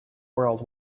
world